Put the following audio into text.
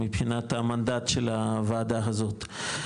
מבחינת המנדט של הוועדה הזאת.